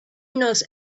knows